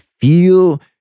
feel